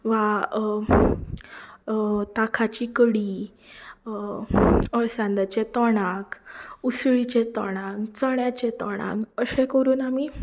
वा दाकाची कडी अळसाण्याचें तोंडाक उसळीचें तोंडाक चण्याचें तोंडाक अशें करून आमी